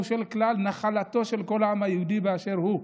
הוא נחלתו של כל העם היהודי באשר הוא.